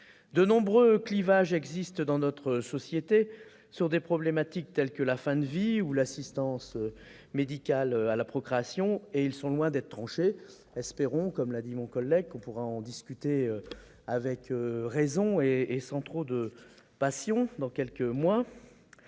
De nombreux clivages existent dans notre société sur des problématiques telles que la fin de vie ou l'assistance médicale à la procréation et ils sont loin d'être tranchés. Espérons, comme l'a dit notre collègue, que nous pourrons en discuter avec raison et sans trop de passion dans quelques mois.